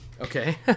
Okay